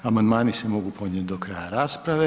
Amandmani se mogu podnijeti do kraja rasprave.